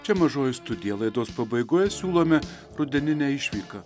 čia mažoji studija laidos pabaigoje siūlome rudeninę išvyką